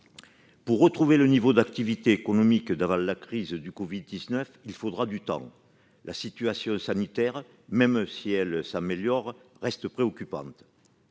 Pour retrouver le niveau d'activité économique d'avant la crise du Covid-19, il faudra du temps. La situation sanitaire, même si elle s'améliore, reste préoccupante,